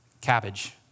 cabbage